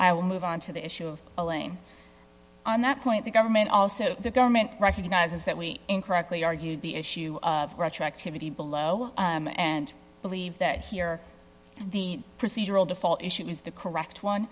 i will move on to the issue of elaine on that point the government also the government recognizes that we incorrectly argued the issue of retroactivity below and believe that here the procedural default issue is the correct one